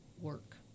work